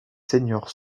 seniors